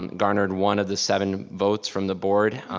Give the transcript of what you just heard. um garnered one of the seven votes from the board.